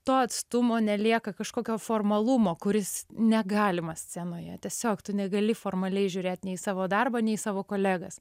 to atstumo nelieka kažkokio formalumo kuris negalimas scenoje tiesiog tu negali formaliai žiūrėt nei į savo darbą nei į savo kolegas